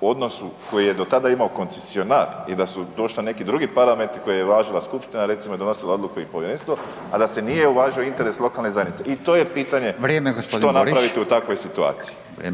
odnosu koji je do tada imao koncesionar i da su došli neki drugi parametri koje je uvažila skupština recimo i donosila odluke i povjerenstvo a da se nije uvažio interes lokalne zajednice i to je pitanje … …/Upadica Radin: